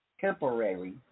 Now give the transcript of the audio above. temporary